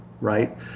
right